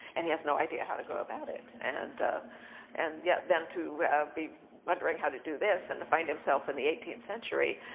and he has no idea how to go about it. and and yet then, to be wondering how to do this, and to find himself in the eighteenth century,